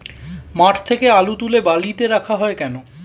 মাঠ থেকে আলু তুলে বালিতে রাখা হয় কেন?